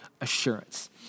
assurance